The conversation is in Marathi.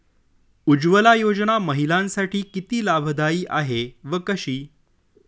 उज्ज्वला योजना महिलांसाठी किती लाभदायी आहे व कशी?